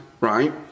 right